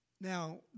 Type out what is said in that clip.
Now